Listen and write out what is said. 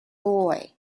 boy